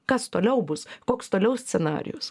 kas toliau bus koks toliau scenarijus